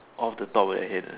off the top of your head uh